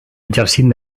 exercint